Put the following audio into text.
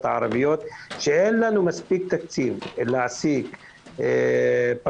הערביות אין לנו מספיק תקציב להעסיק פקחים,